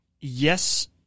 Yes